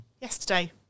yesterday